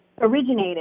originated